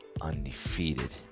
undefeated